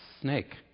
Snake